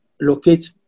locate